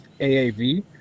AAV